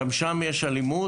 גם שם יש אלימות,